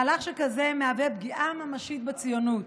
מהלך שכזה מהווה פגיעה ממשית בציונות,